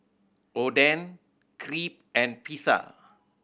Oden Crepe and Pizza